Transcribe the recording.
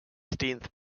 sixteenth